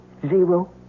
Zero